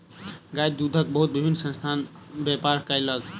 गाय दूधक बहुत विभिन्न संस्थान व्यापार कयलक